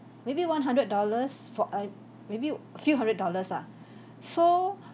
maybe one hundred dollars for a maybe a few hundred dollars ah so